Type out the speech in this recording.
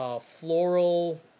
floral